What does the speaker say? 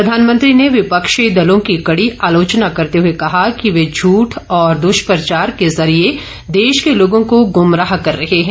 प्रधानमंत्री ने विपक्षी दलों की कड़ी आलोचना करते हुए कहा कि वे झूठ और दुष्प्रचार के जरिए देश के लोगों को गुमराह कर रहे हैं